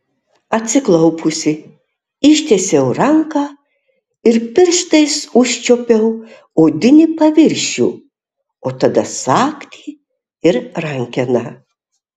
atsiklaupusi ištiesiau ranką ir pirštais užčiuopiau odinį paviršių o tada sagtį ir rankeną